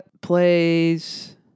plays